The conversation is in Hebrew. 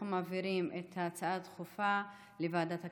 אנחנו מעבירים את ההצעה הדחופה לוועדת הכלכלה.